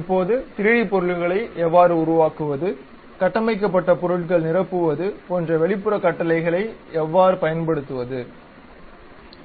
இப்போது 3D பொருள்களை எவ்வாறு உருவாக்குவது கட்டமைக்கப்பட்ட பொருட்களை நிரப்புவது போன்ற வெளிப்புற கட்டளைகளை எவ்வாறு பயன்படுத்துவது